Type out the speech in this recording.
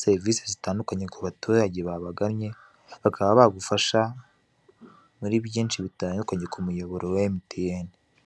serivisi zitandukanye ku baturage babagannye, bakaba bagufasha muri byinshi bitandukanye ku muyoboro wa MTN.